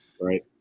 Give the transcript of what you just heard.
right